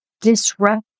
disrupt